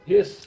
Yes